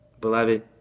Beloved